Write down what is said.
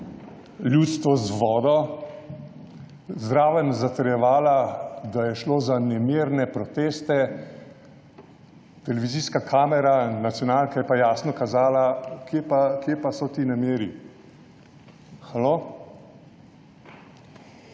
ljudstvo z vodo, zraven zatrjevala, da je šlo za nemirne proteste, televizijska kamera nacionalke je pa jasno kazala − kje pa so ti nemiri, halo?!